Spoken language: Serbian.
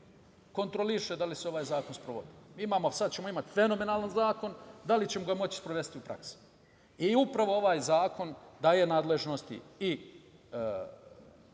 kontrolišu da li se ovaj zakon sprovodi. Sada ćemo imati fenomenalan zakon. Da li ćemo moći da ga sprovedemo u praksi? Upravo ovaj zakon daje nadležnosti i